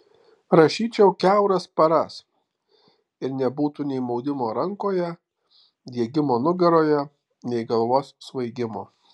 rašyčiau kiauras paras ir nebūtų nei maudimo rankoje diegimo nugaroje nei galvos svaigimo